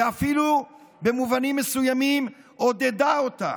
ואפילו במובנים מסוימים עודדה אותה?